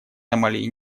сомали